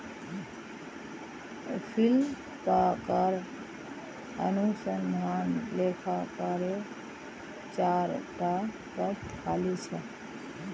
फ्लिपकार्टत अनुसंधान लेखाकारेर चार टा पद खाली छ